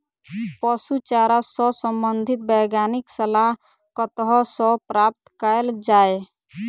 पशु चारा सऽ संबंधित वैज्ञानिक सलाह कतह सऽ प्राप्त कैल जाय?